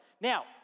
Now